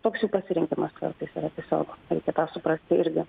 toks jų pasirinkimas kartais tiesiog reikia tą suprasti irgi